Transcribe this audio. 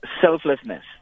Selflessness